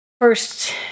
first